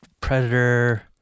predator